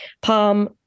palm